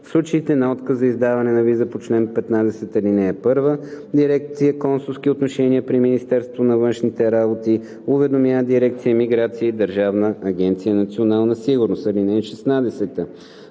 В случаите на отказ за издаване на виза по чл. 15, ал. 1 дирекция „Консулски отношения“ при Министерството на външните работи уведомява дирекция „Миграция“ и Държавна агенция „Национална сигурност“.